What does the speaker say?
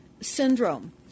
syndrome